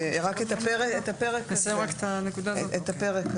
את הפרק הזה,